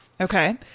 Okay